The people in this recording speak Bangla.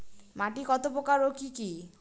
মাটি কতপ্রকার ও কি কী?